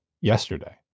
yesterday